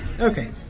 Okay